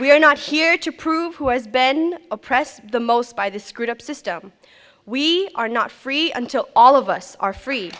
are not here to prove who has been oppressed the most by this screwed up system we are not free until all of us are free